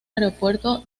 aeropuerto